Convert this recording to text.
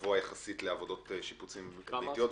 גבוה יחסית לעבודות שיפוצים ביתיות.